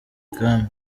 kami